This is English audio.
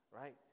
right